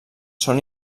són